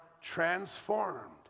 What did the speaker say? transformed